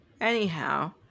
Anyhow